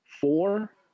Four